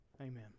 Amen